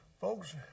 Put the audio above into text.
Folks